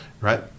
right